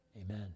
amen